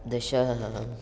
दश